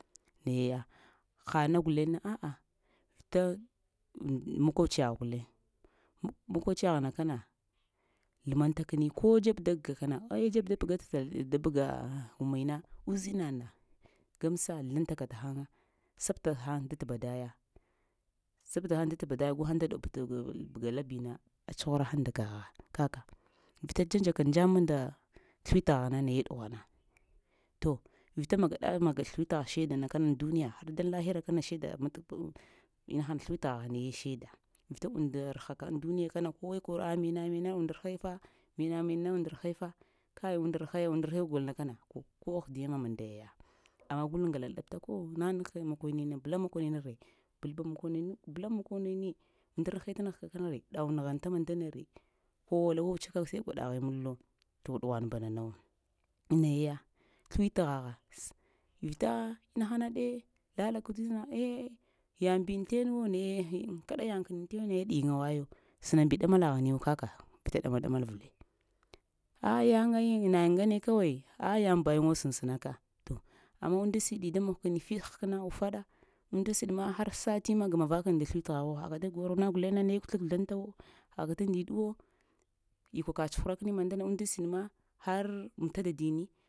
Naya ya ha na guleŋna a'a vita mokociya gh guleŋe, mokociyagh na kana ləmaŋtako ni ko dzeb daga kana ai dzeb təbga təbga ummina uzinaɗna gamsa zləŋtaka ta həŋa, sabta həŋ dat’ badaya, səbtaghŋ dat badaya guhəŋ ɗob daga bəga labina a tsuhurahəŋ nda kagha, kaka vita dza dzaka jamma nda sləwitghaghna naye dughwana, to vita magaɗa-maga sləwitghagh saidana kana ay duniya har daŋ lahira shaida sləwitghagh raye shaida, vita unndarhaka kana aŋ duniya kana kowe kworo ah mena mena unndarhe fa, mena-mena undarhe fa kai undarhe, undarhe gol na kana to ko ahdiyama məndayaya amma gul ŋgala-laɗabta ko nanəghaka makomin bəla makomin ree? Bəlbə makonini, unndarhe tə nəghka kana mee, ɗaŋw nəghanta mandana ree kowa wawutsaka sai gwaɗaghe mədlo to ɗughnvanb nana wo, naya ya səvitghgha vita inahana ɗe lala eh yaŋbi aŋ tenwo naye, kaɗa yaŋ kəni aytenu naye ɗiŋawayo, sənaŋbi ɗamala ghri wo kaka, vita ɗama-ɗama vəlee ah yanəyiŋ nayiŋ ŋgane kawai aln yaŋbayiŋwo sənsənaka amma unnad siɗi fit həkəna, ufaɗa unnda siɗima har satinna gamavakəni nda sləwitghaghu haka da korana guleŋe ne tə kuzləŋtawo haka nda ndiɗwo ikwa ka tsuhura kəni mandana unnda siɗ ma har məta dadini.